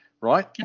right